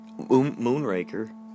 Moonraker